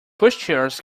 pushchairs